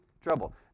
trouble